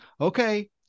okay